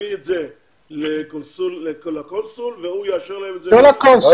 להביא את זה לקונסול והוא יאשר להם את זה --- לא לקונסול,